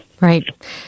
Right